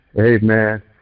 amen